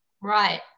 Right